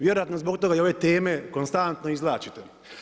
Vjerojatno zbog toga i ove teme konstantno izvlačite.